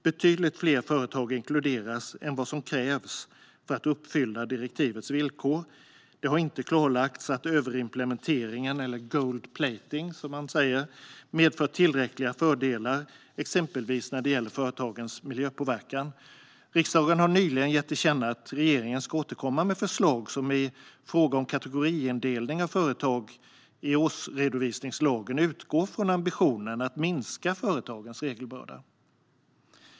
Betydligt fler företag inkluderas än vad som krävs för att uppfylla direktivets villkor, men det har inte klarlagts att överimplementeringen - gold-plating, som man säger - medför tillräckliga fördelar, exempelvis när det gäller företagens miljöpåverkan. Riksdagen har nyligen gett till känna att regeringen ska återkomma med förslag som i fråga om kategoriindelningen av företag i årsredovisningslagen utgår från ambitionen att minska företagens regelbörda.